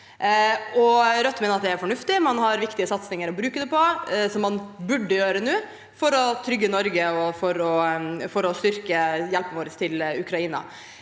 Rødt mener det er fornuftig. Man har viktige satsinger å bruke pengene på som man burde gjøre nå – for å trygge Norge og for å styrke hjelpen vår til Ukraina.